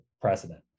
precedent